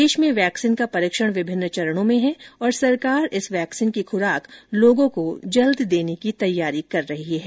देश में वैक्सीन का परीक्षण विभिन्न चरणों में है और सरकार इस वैक्सीन की खुराक लोगों को जल्द देने की तैयारी कर रही है